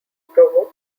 provoked